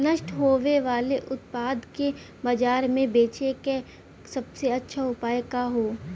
नष्ट होवे वाले उतपाद के बाजार में बेचे क सबसे अच्छा उपाय का हो?